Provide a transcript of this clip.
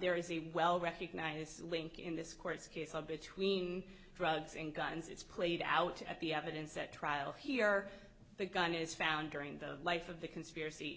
there is a well recognized link in this court's case of between drugs and guns it's played out at the evidence at trial here the gun is found during the life of the conspiracy